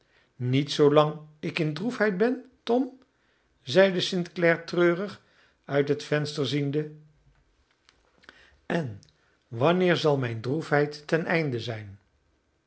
niet zoolang ik in droefheid ben tom zeide st clare treurig uit het venster ziende en wanneer zal mijn droefheid ten einde zijn